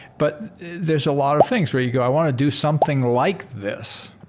but there's a lot of things where you go, i want to do something like this.